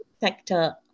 sector